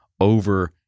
over